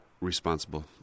responsible